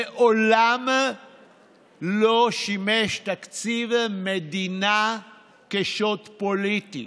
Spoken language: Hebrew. מעולם לא שימש תקציב מדינה כשוט פוליטי